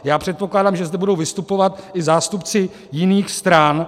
Já předpokládám, že zde budou vystupovat i zástupci jiných stran.